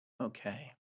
Okay